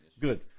Good